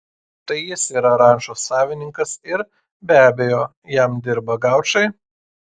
tai jis yra rančos savininkas ir be abejo jam dirba gaučai